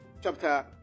chapter